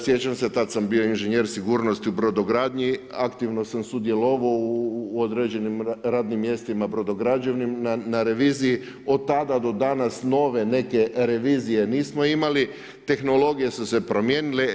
Sjećam se tada sam bio inženjer sigurnost u brodogradnji, aktivno sam sudjelovao u određenim radnim mjestima, brodograđevnim, na reviziji, od tada pa do danas nove neke revizije nismo imali, tehnologije su se promijenile.